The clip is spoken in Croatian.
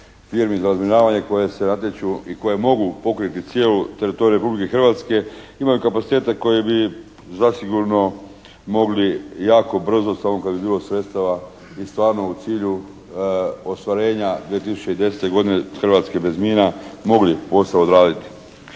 Firmi za razminiravanje koje se natječu i koje mogu pokriti cijeli teritorij Republike Hrvatske imaju kapacitete koji bi zasigurno mogli jako brzo samo kad bi bilo sredstava i stvarno u cilju ostvarenja 2010. godine Hrvatske bez mina mogli posao odraditi.